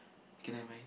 okay never mind